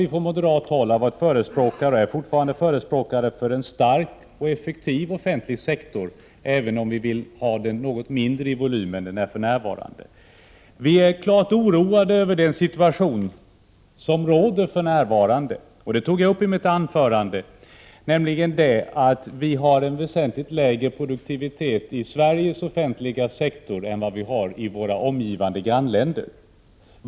Vi ifrån moderat håll har varit och är fortfarande förespråkare för en stark och effektiv offentlig sektor, även om vi vill ha den något mindre i volymen än den är för närvarande. Vi är klart oroade över den situation som råder, nämligen att vi har en väsentligt lägre produktivitet i Sverige inom den offentliga sektorn än i våra omgivande grannländer.